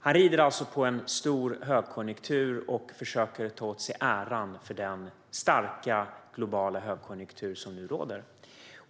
Han rider alltså på en stor högkonjunktur och försöker att ta åt sig äran för den starka globala högkonjunktur som nu råder.